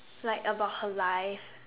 like about her life